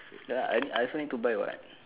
ya I I also need to buy what